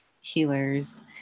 healers